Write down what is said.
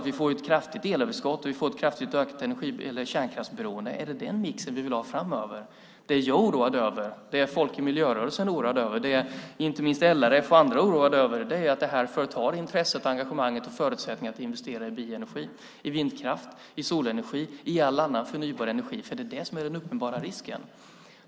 Vi får ju ett kraftigt elöverskott och ett kraftigt ökat kärnkraftsberoende. Är det den mixen vi vill ha framöver? Det som jag och folk i miljörörelsen är oroade över, och som inte minst LRF och andra är oroade över, är att det här förtar intresset, engagemanget och förutsättningarna för att investera i bioenergi, vindkraft, solenergi och all annan förnybar energi. Det är den uppenbara risken.